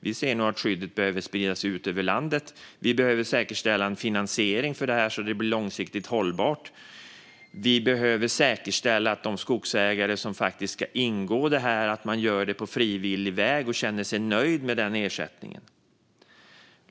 Vi ser att skyddet nog behöver spridas ut över landet. Vi behöver säkerställa en finansiering av detta så att det blir långsiktigt hållbart. Vi behöver säkerställa att de skogsägare som faktiskt ska ingå i detta gör det på frivillig väg och känner sig nöjda med ersättningen.